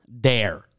dare